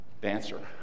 dancer